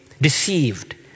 deceived